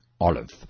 olive